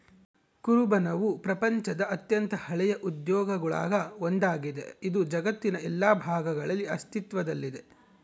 ಕುರುಬನವು ಪ್ರಪಂಚದ ಅತ್ಯಂತ ಹಳೆಯ ಉದ್ಯೋಗಗುಳಾಗ ಒಂದಾಗಿದೆ, ಇದು ಜಗತ್ತಿನ ಎಲ್ಲಾ ಭಾಗಗಳಲ್ಲಿ ಅಸ್ತಿತ್ವದಲ್ಲಿದೆ